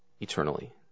eternally